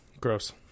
Gross